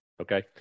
Okay